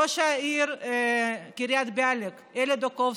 ראש העיר קריית ביאליק אלי דוקובסקי: